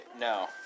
No